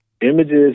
Images